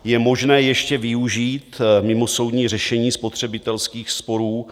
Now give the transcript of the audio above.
Je možné ještě využít mimosoudní řešení spotřebitelských sporů.